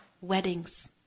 weddings